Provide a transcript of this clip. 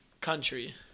country